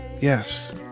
Yes